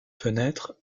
fenêtres